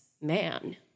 man